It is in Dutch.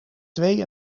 twee